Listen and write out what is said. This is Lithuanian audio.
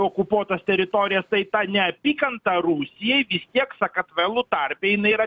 okupuotas teritorijas tai ta neapykanta rusijai vis tiek sakartvelų tarpe jinai yra